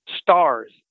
stars